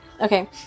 Okay